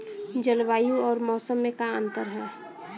जलवायु अउर मौसम में का अंतर ह?